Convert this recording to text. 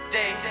day